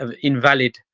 invalid